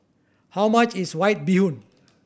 how much is White Bee Hoon